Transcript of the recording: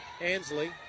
Ansley